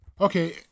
Okay